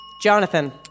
Jonathan